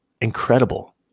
incredible